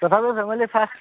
তথাপিও family first